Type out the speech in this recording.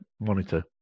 monitor